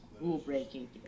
rule-breaking